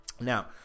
now